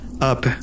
up